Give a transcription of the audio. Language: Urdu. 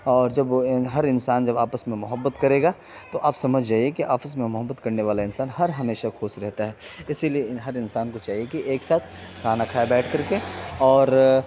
اور جب وہ ہر انسان جب آپس میں محبت کرے گا تو آپ سمجھ جائیے کہ آپس میں محبت کرنے والا انسان ہر ہمیشہ خوش رہتا ہے اسی لیے ہر انسان کو چاہیے کہ ایک ساتھ کھانا کھائے بیٹھ کر کے اور